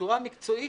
בצורה המקצועית,